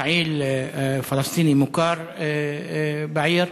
פעיל פלסטיני מוכר בעיר,